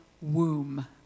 womb